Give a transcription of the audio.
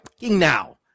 now